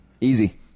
Easy